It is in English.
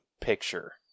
picture